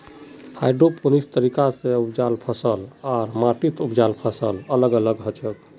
hydroponics तरीका स उपजाल फसल आर माटीत उपजाल फसल अलग अलग हछेक